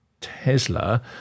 Tesla